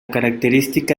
característica